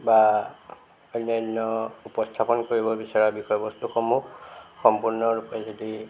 বা অন্য়ান্য় উপস্থাপন কৰিব বিচৰা বিষয়বস্তুসমূহ সম্পূৰ্ণৰূপে যদি